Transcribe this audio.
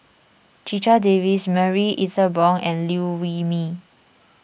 Checha Davies Marie Ethel Bong and Liew Wee Mee